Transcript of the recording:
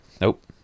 Nope